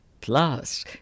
Plus